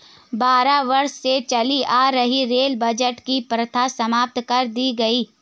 बारह वर्षों से चली आ रही रेल बजट की प्रथा समाप्त कर दी गयी